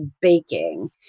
baking